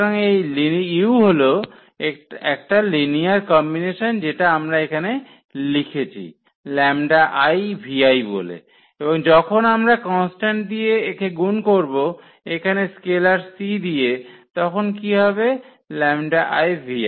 সুতরাং এই u হলো একটা লিনিয়ার কম্বিনেশন যেটা আমরা এখানে লিখেছি λivi বলে এবং যখন আমরা কনস্ট্যান্ট দিয়ে একে গুন করবো এখানে স্কেলার c দিয়ে তখন কি হবে λivi